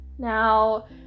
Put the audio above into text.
Now